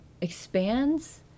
expands